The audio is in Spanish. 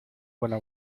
buena